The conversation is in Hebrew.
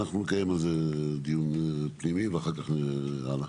אנחנו נקיים על זה דיון פנימי ואחר כך נראה הלאה